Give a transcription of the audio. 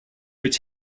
which